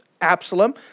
Absalom